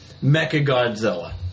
Mechagodzilla